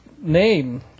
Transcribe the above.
name